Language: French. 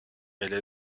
elle